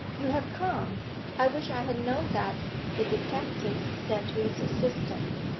you have come i wish i had known that the detective said to his assistant,